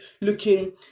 looking